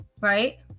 right